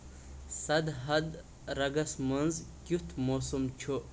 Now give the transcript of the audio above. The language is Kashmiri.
سدھدرگس منٛز کِیُتھ موسم چھُ ؟